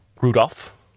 Rudolph